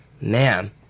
Man